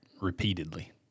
repeatedly